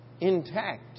intact